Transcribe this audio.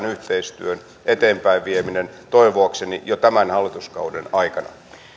yhteistyön eteenpäinvieminen toivoakseni jo tämän hallituskauden aikana